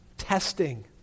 testing